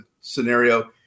scenario